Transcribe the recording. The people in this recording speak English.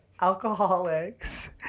alcoholics